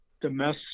domestic